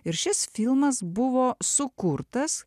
ir šis filmas buvo sukurtas